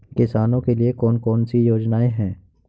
किसानों के लिए कौन कौन सी योजनाएं हैं?